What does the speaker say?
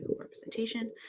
representation